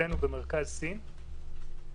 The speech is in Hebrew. מבחינתנו במרכז סין,